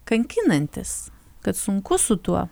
kankinantis kad sunku su tuo